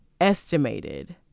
estimated